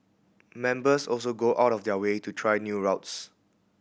members also go out of their way to try new routes